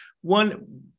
one